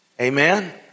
amen